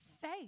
faith